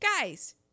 Guys